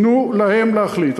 תנו להם להחליט.